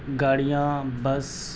گاڑیاں بس